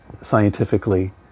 scientifically